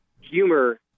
humor